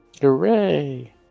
hooray